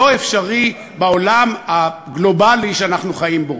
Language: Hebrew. לא אפשרי בעולם הגלובלי שאנחנו חיים בו.